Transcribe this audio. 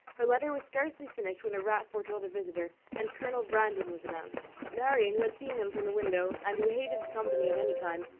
her letter was scarcely finished, when a rap foretold a visitor, and colonel brandon was announced. marianne, who had seen him from the window, and who hated company of any kind,